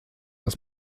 das